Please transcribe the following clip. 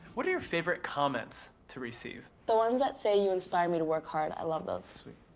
what are your favorite comments to receive? the ones that say you inspire me to work hard. i love those. sweet.